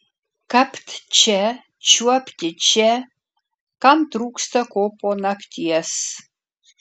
kapt čia čiuopti čia kam trūksta ko po nakties